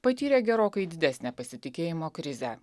patyrė gerokai didesnę pasitikėjimo krizę